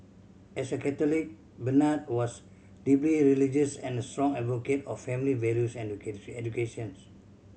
as a Catholic Bernard was deeply religious and a strong advocate of family values and educations